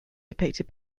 depicted